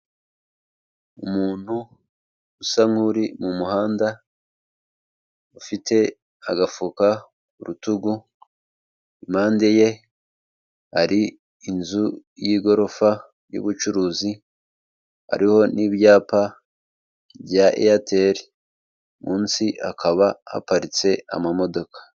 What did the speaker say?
Umuntu usa nk'uri mu muhanda, ufite agafuka ku rutugu, impande ye hari inzu y'igorofa y'ubucuruzi, hariho n'ibyapa bya eyateri, munsi hakaba haparitse amamodoka.